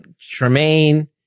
Tremaine